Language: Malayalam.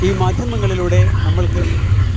ഈ മാധ്യമങ്ങളിലൂടെ നമ്മൾക്ക്